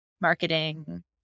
marketing